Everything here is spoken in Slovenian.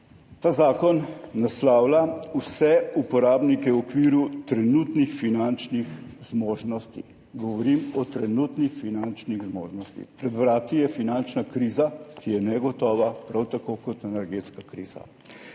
Ta zakon naslavlja vse uporabnike v okviru trenutnih finančnih zmožnosti, govorim o trenutnih finančnih zmožnostih. Pred vrati je finančna kriza, ki je negotova, prav tako kot energetska kriza.